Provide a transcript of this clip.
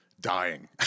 dying